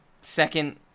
second